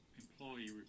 employee